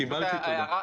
קיבלתי, תודה.